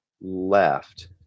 left